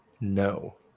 no